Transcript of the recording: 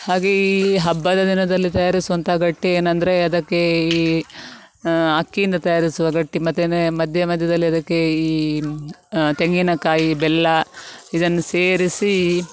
ಹಾಗೇ ಈ ಹಬ್ಬದ ದಿನದಲ್ಲಿ ತಯಾರಿಸುವಂತಹ ಗಟ್ಟಿ ಏನೆಂದ್ರೆ ಅದಕ್ಕೆ ಈ ಅಕ್ಕಿಯಿಂದ ತಯಾರಿಸುವ ಗಟ್ಟಿ ಮತ್ತೆ ಮಧ್ಯ ಮಧ್ಯದಲ್ಲಿ ಅದಕ್ಕೆ ಈ ತೆಂಗಿನಕಾಯಿ ಬೆಲ್ಲ ಇದನ್ನು ಸೇರಿಸಿ